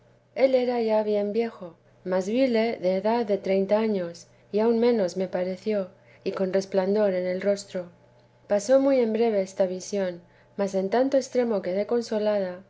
él era ya bien viejo mas vile de edad de treinta años y aun menos me pareció y con resplandor en el rostro pasó muy en breve esta visión mas en tanto extremo quedé consolada